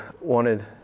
wanted